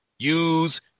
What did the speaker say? Use